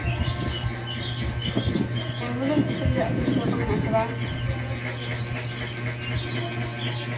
ᱚᱱᱟᱜᱤᱧ ᱠᱩᱞᱤᱭᱮᱫ ᱢᱮᱭᱟ ᱯᱚᱭᱥᱟ ᱠᱚ ᱢᱮᱱᱟᱜᱼᱟ ᱥᱮ ᱵᱟᱝ